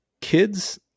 Kids